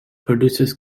produces